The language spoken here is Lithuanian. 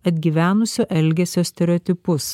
atgyvenusio elgesio stereotipus